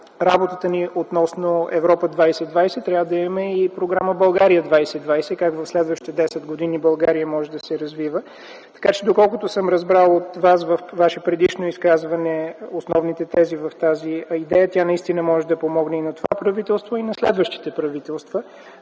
работата ни относно Европа 2020. Трябва да имаме и програма „България 2020” – как в следващите 10 години България може да се развива. Така че доколкото съм разбрал от Вас във Ваше предишно изказване основните тези в тази идея, тя наистина може да помогне и на това правителство, и на следващите правителства